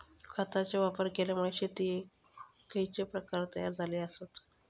खतांचे वापर केल्यामुळे शेतीयेचे खैचे प्रकार तयार झाले आसत?